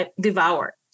devour